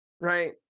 right